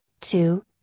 two